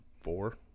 four